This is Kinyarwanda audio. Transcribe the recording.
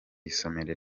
isomero